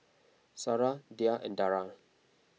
Sarah Dhia and Dara